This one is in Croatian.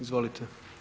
Izvolite.